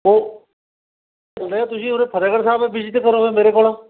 ਉਹ ਉਰੇ ਤੁਸੀਂ ਉਰੇ ਫਤਿਹਗੜ ਸਾਹਿਬ ਵਿਜੀਟ ਕਰੋ ਫਿਰ ਮੇਰੇ ਕੋਲ